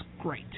great